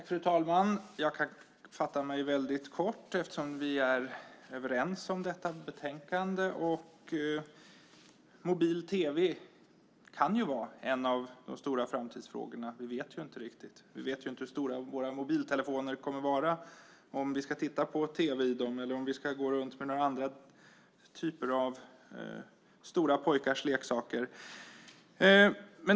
Fru talman! Jag kan fatta mig väldigt kort eftersom vi är överens om detta betänkande. Mobil-tv kan vara en av de stora framtidsfrågorna, det vet vi inte riktigt. Vi vet inte hur stora våra mobiltelefoner kommer att vara, om vi ska titta på tv i dem eller om vi ska gå runt med några andra typer av stora pojkars leksaker.